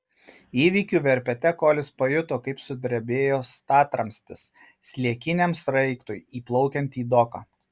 įvykių verpete kolis pajuto kaip sudrebėjo statramstis sliekiniam sraigtui įplaukiant į doką